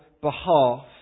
behalf